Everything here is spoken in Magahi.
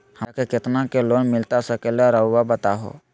हमरा के कितना के लोन मिलता सके ला रायुआ बताहो?